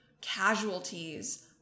casualties